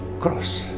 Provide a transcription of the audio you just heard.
cross